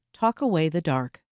talkawaythedark